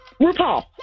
RuPaul